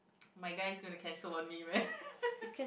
my guy's gonna cancel on me man